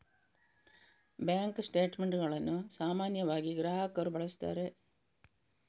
bank ಸ್ಟೇಟ್ ಮೆಂಟುಗಳನ್ನು ಸಾಮಾನ್ಯವಾಗಿ ಗ್ರಾಹಕರು ಬಳಸುತ್ತಾರೆ